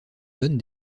donnent